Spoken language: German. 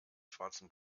schwarzen